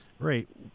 Great